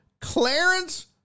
Clarence